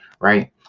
right